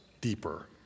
deeper